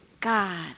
God